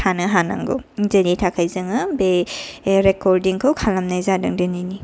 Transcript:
थानो हानांगौ जेनि थाखाय जोङो बे रेकर्डिंखौ खालामनाय जादों दिनैनि